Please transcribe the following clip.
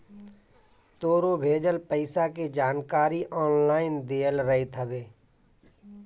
तोहरो भेजल पईसा के जानकारी ऑनलाइन देहल रहत हवे